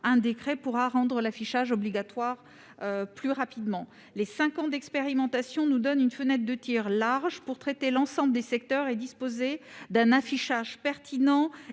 un décret pourra rendre l'affichage obligatoire plus rapidement. Ces cinq ans d'expérimentation nous donnent une fenêtre de tir large pour traiter l'ensemble des secteurs et disposer d'un affichage pertinent